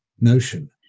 notion